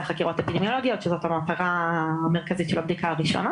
חקירות אפידמיולוגיות שזאת המטרה המרכזית של הבדיקה הראשונה.